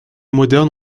modernes